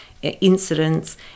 incidents